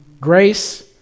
Grace